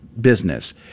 business